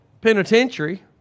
penitentiary